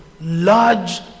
Large